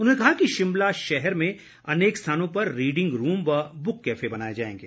उन्होंने कहा कि शिमला शहर में अनेक स्थानों पर रीडिंग रूम व ब्क कैफे बनाए जाएंगे